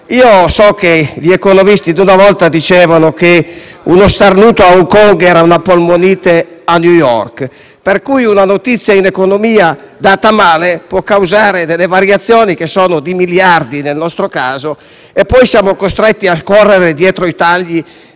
So che gli economisti di una volta dicevano che uno starnuto a Hong Kong era una polmonite a New York, per cui una notizia in economia data male può causare variazioni - di miliardi, nel nostro caso - tali per cui siamo poi costretti a correre dietro a tagli